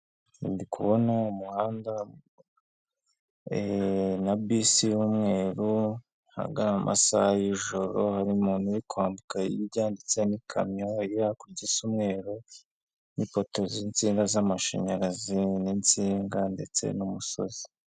Ndi kubona umuhanda na bisi y'umweru ahagana amasaha y'ijoro, hari umuntu uri kwambuka hirya ndetse hari n'ikamyo iri hakurya isa umweru, n'ipoto z'insinga z'amashanyarazi n'inzinga ndetse n'umusozi.